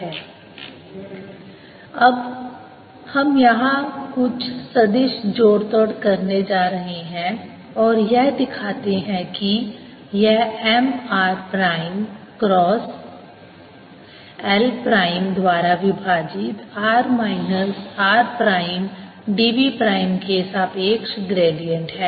dAr04πMrdV×r rr r3 Ar04πMr×r rr r3dV अब हम यहाँ कुछ सदिश जोड़तोड़ करने जा रहे हैं और यह दिखाते हैं कि यह M r prime cross 1 prime द्वारा विभाजित r minus r prime dv prime के सापेक्ष ग्रेडिएंट है